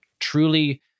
Truly